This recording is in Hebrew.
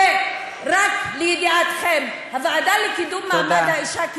ורק לידיעתכם, הוועדה לקידום מעמד האישה, תודה.